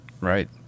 Right